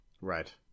right